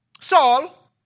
Saul